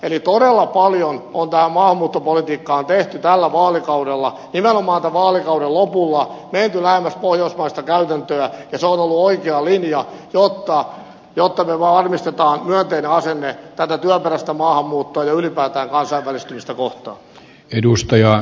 eli todella paljon on tähän maahanmuuttopolitiikkaan tehty toimenpiteitä tällä vaalikaudella nimenomaan tämän vaalikauden lopulla menty lähemmäs pohjoismaista käytäntöä ja se on ollut oikea linja jotta me varmistamme myönteisen asenteen tätä työperäistä maahanmuuttoa ja ylipäätään kansainvälistymistä kohtaan